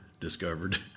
discovered